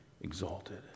exalted